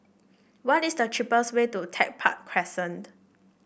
what is the cheapest way to Tech Park Crescent